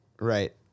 Right